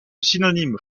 synonyme